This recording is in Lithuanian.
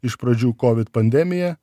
iš pradžių covid pandemija